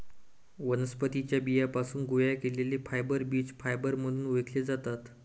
वनस्पतीं च्या बियांपासून गोळा केलेले फायबर बीज फायबर म्हणून ओळखले जातात